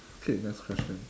okay next question